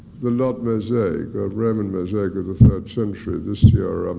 the lod mosaic, a roman mosaic of the third century, this year. um